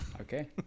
Okay